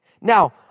Now